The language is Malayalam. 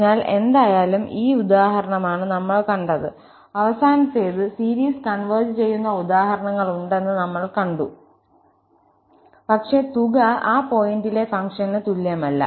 അതിനാൽ എന്തായാലും ഈ ഉദാഹരണമാണ് നമ്മൾ കണ്ടത് അവസാനത്തേത് സീരീസ് കൺവെർജ് ചെയ്യുന്ന ഉദാഹരണങ്ങളുണ്ടെന്ന് നമ്മൾ കണ്ടു പക്ഷേ തുക ആ പോയിന്റിലെ ഫംഗ്ഷന് തുല്യമല്ല